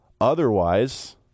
Otherwise